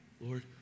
Lord